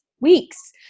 weeks